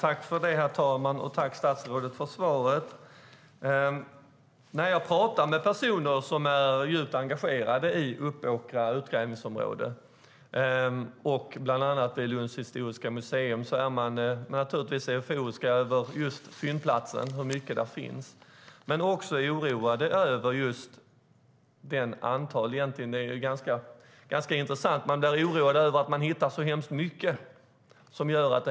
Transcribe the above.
Herr talman! Jag tackar statsrådet för svaret. När jag pratar med personer, bland annat från Lunds historiska museum, som är djupt engagerade i Uppåkras utgrävningsområde är de euforiska över fyndplatsen och över hur mycket som finns där. Men de är också oroade över antalet fynd - man hittar hemskt många.